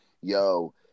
yo